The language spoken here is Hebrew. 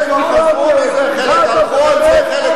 אה, חלק חזרו מזה, חלק הלכו על זה.